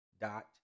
dot